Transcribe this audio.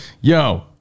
Yo